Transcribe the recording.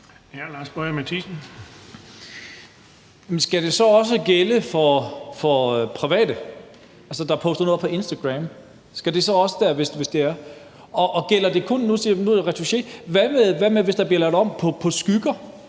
skal det så også gælde for private, der poster noget på Instagram? Skal det så også gælde dér? Og nu drejer